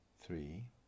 three